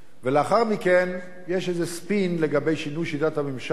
ולאחר מכן יש איזה ספין לגבי שינוי שיטת הממשל,